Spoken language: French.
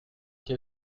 qui